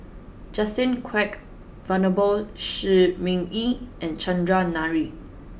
Justin Quek Venerable Shi Ming Yi and Chandran Nair